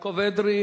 יעקב אדרי.